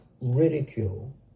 ridicule